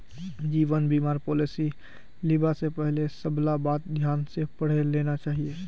जीवन बीमार पॉलिसीस लिबा स पहले सबला बात ध्यान स पढ़े लेना चाहिए